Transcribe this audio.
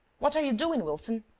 what are you doing, wilson?